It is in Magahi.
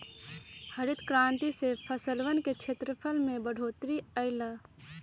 हरित क्रांति से फसलवन के क्षेत्रफल में बढ़ोतरी अई लय